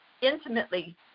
intimately